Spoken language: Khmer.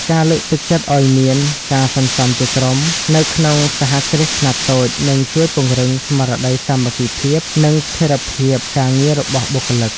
ការលើកទឹកចិត្តឱ្យមាន "ការសន្សំជាក្រុម" នៅក្នុងសហគ្រាសខ្នាតតូច នឹងជួយពង្រឹងស្មារតីសាមគ្គីភាព និងស្ថិរភាពការងាររបស់បុគ្គលិក។